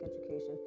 education